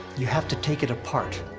you have to take it apart.